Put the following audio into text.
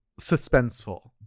suspenseful